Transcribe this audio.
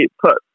put